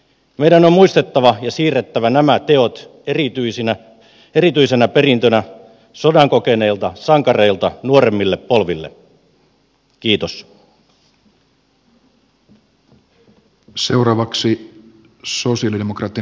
meidän on muistettava ja siirrettävä nämä teot erityisenä perintönä sodan kokeneilta sankareilta nuoremmille polville